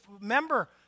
remember